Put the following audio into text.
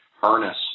harness